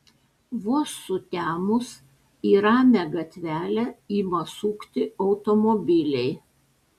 vos sutemus į ramią gatvelę ima sukti automobiliai